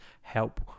help